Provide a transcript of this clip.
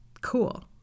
cool